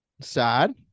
sad